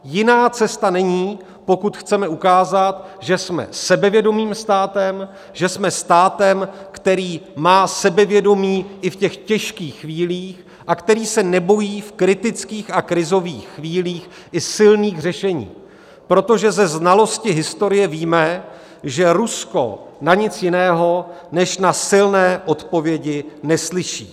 Jiná cesta není, pokud chceme ukázat, že jsme sebevědomým státem, že jsme státem, který má sebevědomí i v těžkých chvílích a který se nebojí v kritických a krizových chvílích i silných řešení, protože ze znalosti historie víme, že Rusko na nic jiného než na silné odpovědi neslyší.